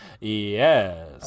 Yes